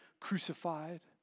crucified